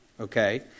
okay